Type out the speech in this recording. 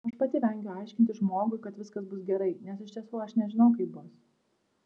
aš pati vengiu aiškinti žmogui kad viskas bus gerai nes iš tiesų aš nežinau kaip bus